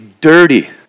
dirty